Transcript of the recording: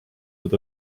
need